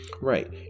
right